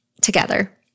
together